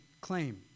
claim